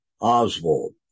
Oswald